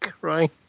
Right